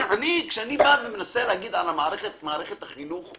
כשאני בא ומנסה לדבר על מערכת החינוך,